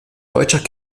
deutscher